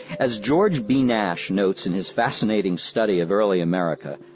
as gary b. nash notes in his fascinating study of early america,